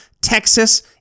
Texas